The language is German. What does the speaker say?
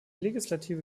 legislative